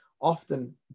often